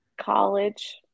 College